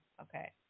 Okay